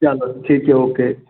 चलो ठीक है ओके